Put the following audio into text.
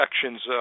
sections